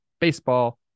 BASEBALL